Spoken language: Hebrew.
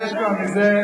אז יש כבר מזה,